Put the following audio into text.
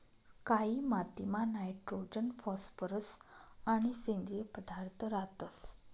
कायी मातीमा nitrogen phosphorus आणि सेंद्रिय पदार्थ रातंस